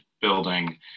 building